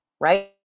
right